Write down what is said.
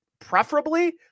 preferably